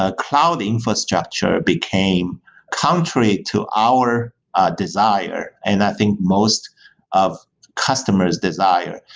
ah cloud infrastructure became contrary to our ah desire. and i think most of customers' desire.